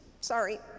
sorry